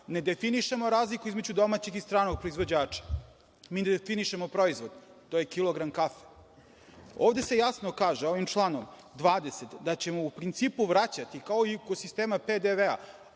ne definišemo razliku između domaćeg i stranog proizvođača. Mi definišemo proizvod, to je kilogram kafe. Ovde se jasno kaže, ovim članom 20, da ćemo u principu vraćati, kao i kod sistema PDV,